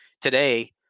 today